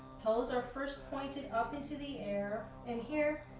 toes are first pointed up into the air, and here,